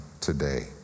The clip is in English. today